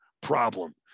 problem